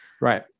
Right